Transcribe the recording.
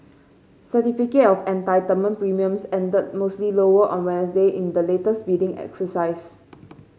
certificate of entitlement premiums ended mostly lower on Wednesday in the latest bidding exercise